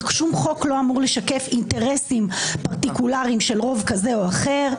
ושום חוק לא אמור לשקף אינטרסים פרטיקולריים של רוב כזה או אחר.